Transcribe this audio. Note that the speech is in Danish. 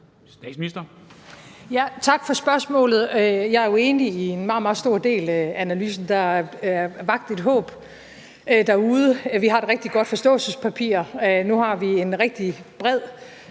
Tak for spørgsmålet. Jeg er jo enig i en meget, meget stor del af analysen. Der er vakt et håb derude. Vi har et rigtig godt forståelsespapir. Nu har vi en rigtig bred,